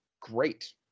great